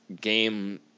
game